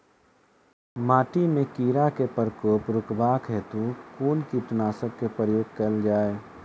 माटि मे कीड़ा केँ प्रकोप रुकबाक हेतु कुन कीटनासक केँ प्रयोग कैल जाय?